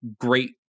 great